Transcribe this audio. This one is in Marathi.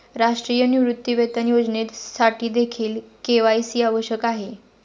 राष्ट्रीय निवृत्तीवेतन योजनेसाठीदेखील के.वाय.सी आवश्यक आहे